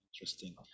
interesting